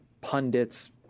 pundits